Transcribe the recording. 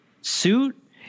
suit